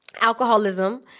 alcoholism